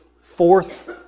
fourth